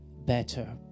better